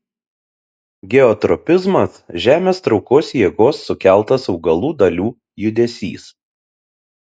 geotropizmas žemės traukos jėgos sukeltas augalų dalių judesys